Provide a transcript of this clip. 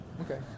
okay